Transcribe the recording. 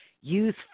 use